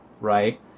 right